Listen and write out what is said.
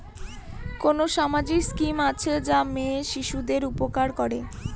কোন সামাজিক স্কিম আছে যা মেয়ে শিশুদের উপকার করে?